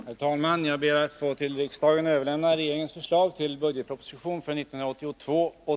Herr talman! Jag ber att till riksdagen få överlämna regeringens budgetproposition för 1982/83.